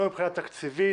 לא מבחינה תקציבית,